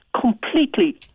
completely